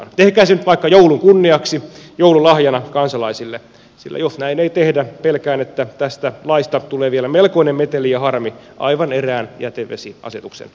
tehkää se nyt vaikka joulun kunniaksi joululahjana kansalaisille sillä jos näin ei tehdä pelkään että tästä laista tulee vielä melkoinen meteli ja harmi aivan erään jätevesi asetuksin